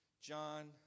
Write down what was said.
John